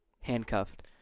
Handcuffed